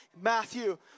Matthew